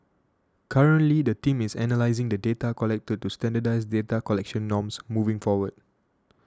currently the team is analysing the data collected to standardise data collection norms moving forward